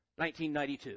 1992